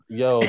yo